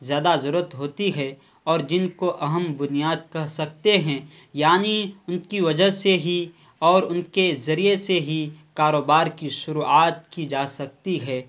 زیادہ ضرورت ہوتی ہے اور جن کو اہم بنیاد کہہ سکتے ہیں یعنی ان کی وجہ سے ہی اور ان کے ذریعے سے ہی کاروبار کی شروعات کی جا سکتی ہے